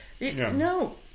No